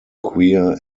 queer